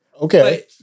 Okay